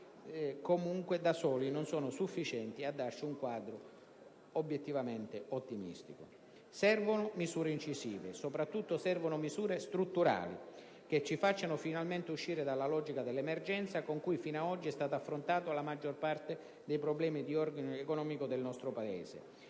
che comunque da soli non sono in grado di darci un quadro obiettivamente ottimistico. Servono misure incisive, soprattutto servono misure strutturali, che ci facciano finalmente uscire dalla logica dell'emergenza con cui fino ad oggi è stata affrontata la maggior parte dei problemi di ordine economico del nostro Paese.